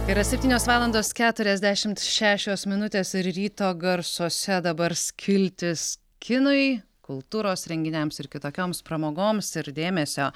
yra septynios valandos keturiasdešimt šešios minutės ir ryto garsuose dabar skiltis kinui kultūros renginiams ir kitokioms pramogoms ir dėmesio